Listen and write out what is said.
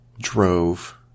drove